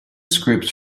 scripts